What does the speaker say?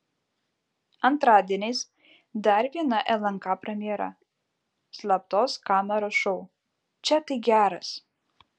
antradieniais dar viena lnk premjera slaptos kameros šou čia tai geras